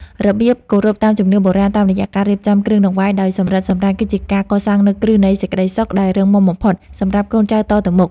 របៀបគោរពតាមជំនឿបុរាណតាមរយៈការរៀបចំគ្រឿងដង្វាយដោយសម្រិតសម្រាំងគឺជាការកសាងនូវគ្រឹះនៃសេចក្តីសុខដែលរឹងមាំបំផុតសម្រាប់កូនចៅតទៅមុខ។